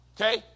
Okay